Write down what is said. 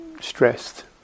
stressed